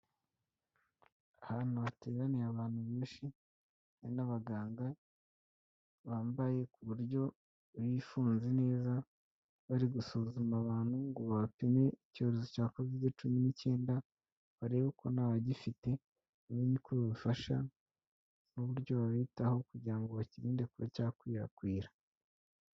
Ahantu hateraniye abantu benshi, hari n'abaganga bambaye ku buryo bifunze neza, bari gusuzuma abantu ngo babapime icyorezo cya Kovide cumi n'icyenda, barebe ko ntawugifite bamenye uko babafasha n'uburyo babitaho kugira ngo bakirinde kuba cya kwirakwira.